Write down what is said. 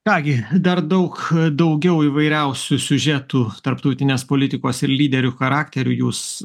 ką gi dar daug daugiau įvairiausių siužetų tarptautinės politikos ir lyderių charakterių jūs